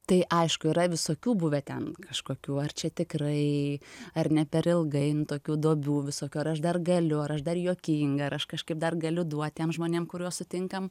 tai aišku yra visokių buvę ten kažkokių ar čia tikrai ar ne per ilgai tokių duobių visokio ar aš dar galiu ar aš dar juokinga ar aš kažkaip dar galiu duoti tiem žmonėm kuriuos sutinkam